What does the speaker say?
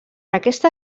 aquesta